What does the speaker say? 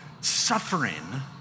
suffering